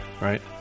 right